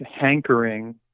hankering